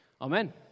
Amen